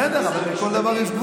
בסדר, אבל לכל דבר יש גבול.